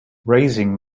raising